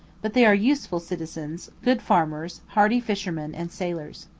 but they are useful citizens, good farmers, hardy fishermen and sailors.